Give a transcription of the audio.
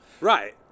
Right